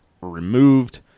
removed